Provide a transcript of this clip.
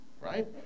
Right